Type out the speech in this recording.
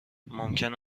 ممکن